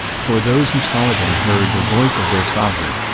for those who saw it and heard the voice of their sovereign,